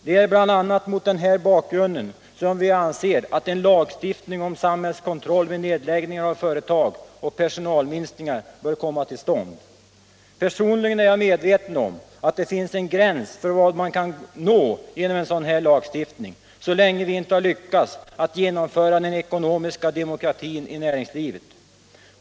Det är bl.a. mot den här bakgrunden som vi anser att en lagstiftning om samhällskontroll vid nedläggningar av företag och personalminskningar bör komma till stånd. Personligen är jag medveten om att det finns en gräns för vad man kan nå genom en sådan här lagstiftning, så länge vi inte har lyckats att genomföra den ekonomiska demokratin i näringslivet.